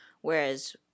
Whereas